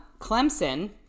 Clemson